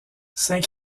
saint